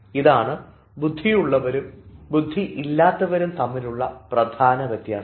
ഇതാണ് ബുദ്ധിയുള്ളവരും ബുദ്ധി ഇല്ലാത്തവരും തമ്മിലുള്ള പ്രധാന വ്യത്യാസം